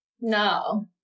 No